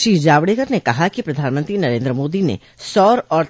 श्री जावड़ेकर ने कहा कि प्रधानमंत्री नरेन्द्र मोदी ने सौर और